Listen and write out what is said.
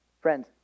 Friends